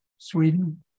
Sweden